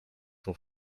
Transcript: sont